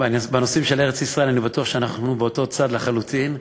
ובנושאים של ארץ-ישראל אני בטוח שאנחנו באותו צד לחלוטין,